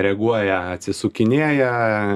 reaguoja atsisukinėja